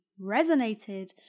resonated